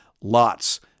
Lot's